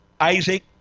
Isaac